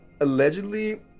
allegedly